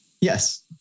Yes